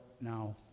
now